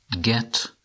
get